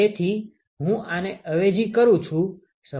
તેથી હું આને અવેજી કરું છુ